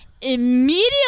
Immediately